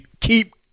keep